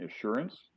assurance